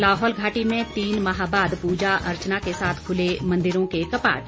लाहौल घाटी में तीन माह बाद पूजा अर्चना के साथ खुले मंदिरों के कपाट